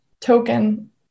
token